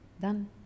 Done